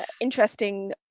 interesting